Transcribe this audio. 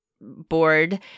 board